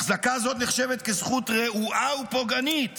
החזקה זו נחשבת כזכות רעועה ופוגענית